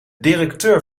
directeur